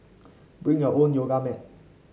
bring your own yoga mat